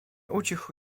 ucichł